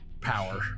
power